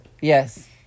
Yes